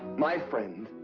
my friend.